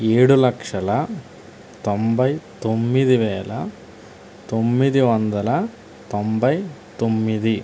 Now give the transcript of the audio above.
ఏడు లక్షల తొంభై తొమ్మిది వేల తొమ్మిది వందల తొంభై తొమ్మిది